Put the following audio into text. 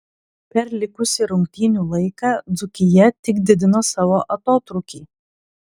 per likusį rungtynių laiką dzūkija tik didino savo atotrūkį